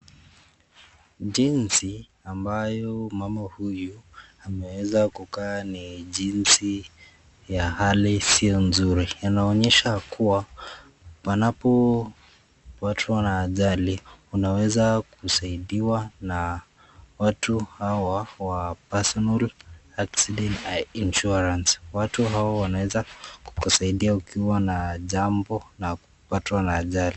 Jinsi ambayo mama huyu ameweza kukaa ni jinsi ya hali sio nzuri, inaonyesha kuwa unapo patwa na ajali unaweza kusaidiwa na watu hawa wa personal accident insurance watu hawa wanaweza kukusaidia ukiwa na jambo na kupatwa na ajali.